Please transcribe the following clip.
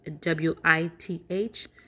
W-I-T-H